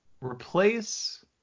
replace